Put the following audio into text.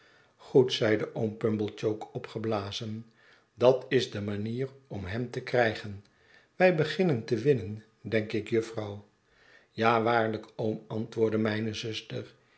goed zeide oom pumblechook opgeblazen dat is de manier om hem te krijgen wij beginnen te winnen denk ik jufvrouw ja waarlijk oom antwoordde mijne zuster